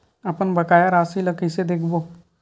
अपन बकाया राशि ला कइसे देखबो?